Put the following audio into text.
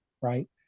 right